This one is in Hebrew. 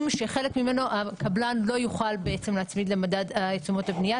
שחלק ממנו הקבלן לא יוכל להצמיד למדד תשומות הבנייה.